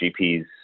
GPs